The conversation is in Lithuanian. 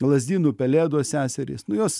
lazdynų pelėdos seserys nuo jos